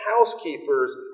housekeepers